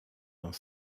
dans